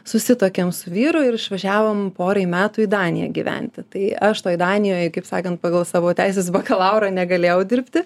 susituokėm su vyru ir išvažiavom porai metų į daniją gyventi tai aš toj danijoj kaip sakant pagal savo teisės bakalaurą negalėjau dirbti